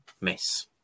miss